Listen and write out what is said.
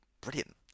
brilliant